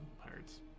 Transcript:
pirates